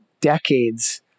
decades